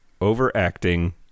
overacting